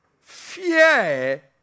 fear